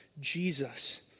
Jesus